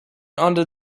under